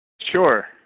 sure